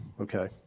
Okay